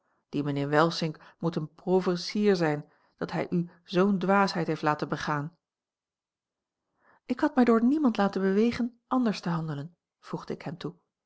die mijnheer welsink moet een pauvre sire zijn dat hij u zoo'n dwaasheid heeft laten begaan ik had mij door niemand laten bewegen anders te handelen voegde ik hem toe